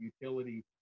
utility